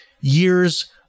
years